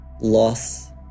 loss